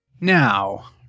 Now